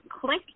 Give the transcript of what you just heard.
click